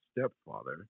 stepfather